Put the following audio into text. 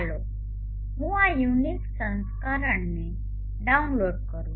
ચાલો હું આ યુનિક્સ સંસ્કરણને ડાઉનલોડ કરું